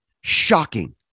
Shocking